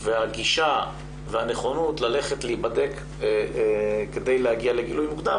והגישה והנכונות ללכת להיבדק כדי להגיע לגילוי מוקדם.